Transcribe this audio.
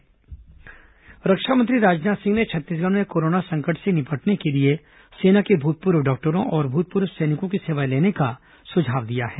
रक्षा मंत्री सुझाव रक्षा मंत्री राजनाथ सिंह ने छत्तीसगढ़ में कोरोना संकट से निपटने को लिए सेना के भूतपूर्व डॉक्टरों और भूतपूर्व सैनिकों की सेवाएं लेने का सुझाव दिया है